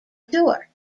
tour